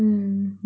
mm